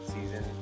season